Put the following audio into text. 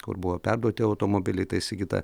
kur buvo perduoti automobiliai tai sigita